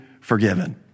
forgiven